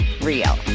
real